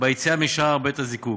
ביציאה משער בית-הזיקוק,